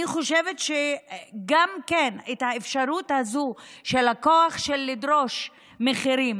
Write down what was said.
אני גם חושבת שהאפשרות הזו של הכוח לדרוש מחירים